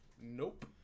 Nope